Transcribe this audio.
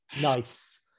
Nice